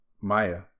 Maya